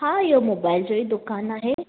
हा इहो मोबाइल जो ई दुकानु आहे